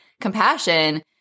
compassion